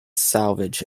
salvage